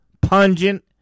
pungent